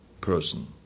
person